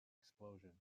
explosion